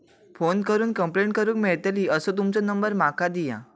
Phone करून complaint करूक मेलतली असो तुमचो नंबर माका दिया?